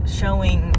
showing